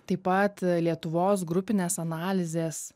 taip pat lietuvos grupinės analizės